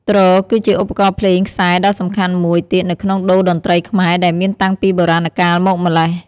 ទ្រ គឺជាឧបករណ៍ភ្លេងខ្សែដ៏សំខាន់មួយទៀតនៅក្នុងតូរ្យតន្ត្រីខ្មែរ ដែលមានតាំងពីបុរាណកាលមកម្ល៉េះ។